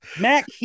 Mac